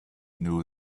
know